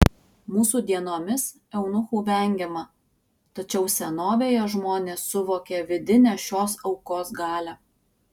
mūsų dienomis eunuchų vengiama tačiau senovėje žmonės suvokė vidinę šios aukos galią